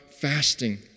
fasting